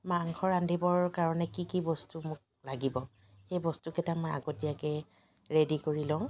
মাংস ৰান্ধিবৰ কাৰণে কি কি বস্তু মোক লাগিব সেই বস্তুকেইটা মই আগতীয়াকৈ ৰেডী কৰি লওঁ